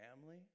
family